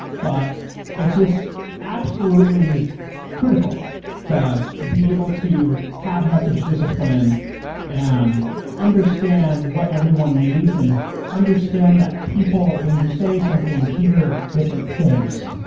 but it's just absolutely critical to be able to have message discipline and understand what everyone needs, and understand that people, when you say something, hear different things.